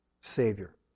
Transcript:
Savior